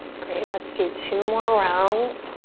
great, let's do two more rounds.